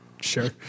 Sure